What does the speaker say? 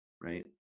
Right